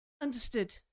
Understood